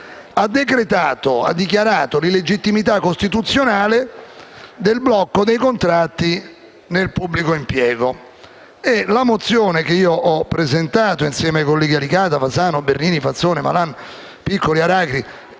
ha dichiarato l'illegittimità costituzionale del blocco dei contratti nel pubblico impiego. La mozione che ho presentato insieme ai colleghi Alicata, Fasano, Bernini, Fazzone, Malan, Piccoli e Aracri